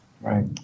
Right